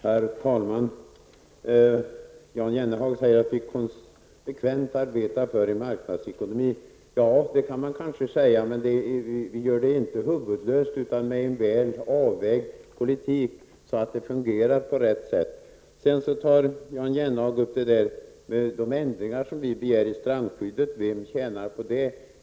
Herr talman! Jan Jennehag säger att vi konsekvent arbetar för en marknadsekonomi. Ja, det kan man kanske säga, men vi gör det inte huvudlöst, utan med en väl avvägd politik så att det fungerar på rätt sätt. Sedan tar Jan Jennehag upp de ändringar som vi begär i strandskyddet och vem som tjänar på det.